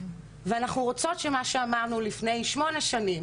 ואנחנו רוצות שמה שאמרנו לפני שמונה שנים